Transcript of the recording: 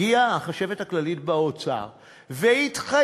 הגיעה החשבת הכללית באוצר והתחייבה: